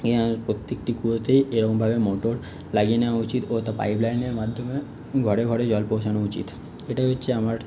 প্রত্যেকটি কুয়োতেই এরমভাবে মোটর লাগিয়ে নেওয়া উচিত ও তা পাইপলাইনের মাধ্যমে ঘরে ঘরে জল পৌঁছানো উচিত এটাই হচ্ছে আমার